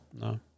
No